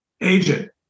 agent